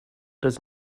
does